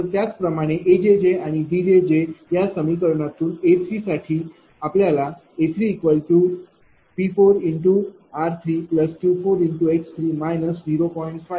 तरत्याचप्रमाणे A आणि D या समीकरणातून A साठी आपल्याला A3P4r3Q4x3 0